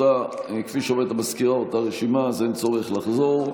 כפי שאומרת המזכירה, אותה רשימה, אז צורך לחזור.